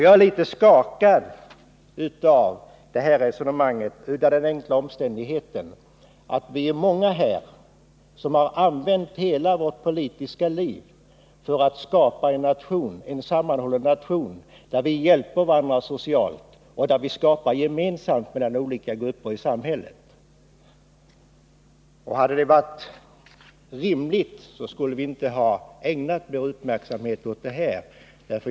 Jag är litet skakad av Sten Sture Patersons resonemang av den enkla anledningen att vi är många här som har använt hela vårt politiska liv för att skapa en sammanhållen nation, där vi hjälper varandra socialt och där olika grupper i samhället arbetar gemensamt. Hade argumenten varit rimliga, så skulle vi inte ha ägnat vår uppmärksamhet åt detta.